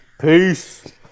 Peace